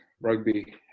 rugby